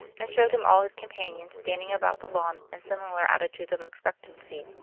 and showed him all his companions standing about the lawn in similar attitudes of expectancy.